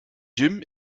jim